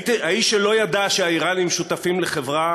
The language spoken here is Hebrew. האיש שלא ידע שהאיראנים שותפים בחברה